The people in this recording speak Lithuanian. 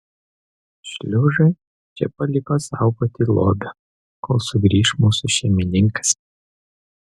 šliužą čia paliko saugoti lobio kol sugrįš mūsų šeimininkas